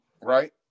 right